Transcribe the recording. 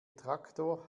traktor